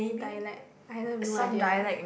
dialect I have no idea